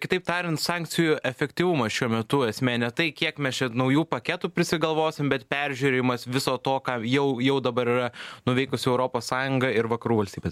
kitaip tariant sankcijų efektyvumas šiuo metu esmė ne tai kiek mes čia naujų paketų prisigalvosim bet peržiūrėjimas viso to ką jau jau dabar yra nuveikusi europos sąjunga ir vakarų valstybės